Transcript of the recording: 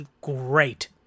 great